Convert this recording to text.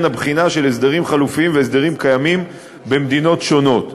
הבחינה של הסדרים חלופיים והסדרים קיימים במדינות שונות.